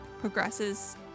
progresses